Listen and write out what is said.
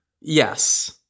yes